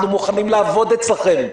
אנחנו מוכנים לעבוד אצלכם,